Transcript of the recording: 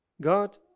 God